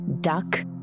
duck